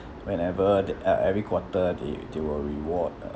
whenever they uh every quarter they they will reward